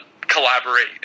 collaborate